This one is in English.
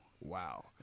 Wow